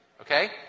Okay